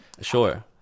Sure